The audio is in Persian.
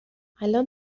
الان